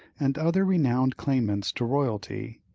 and other renowned claimants to royalty,